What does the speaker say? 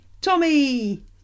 Tommy